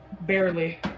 Barely